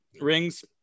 rings